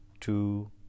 two